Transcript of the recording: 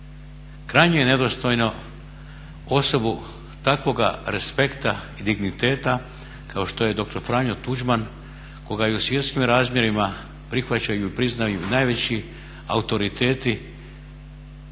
Krajnje je nedostojno, osobu takvoga respekta i digniteta kao što je dr. Franjo Tuđman, kojega i u svjetskim razmjerima prihvaćaju i priznaju najveći autoriteti